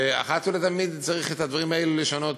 שאחת ולתמיד צריך את הדברים האלה לשנות,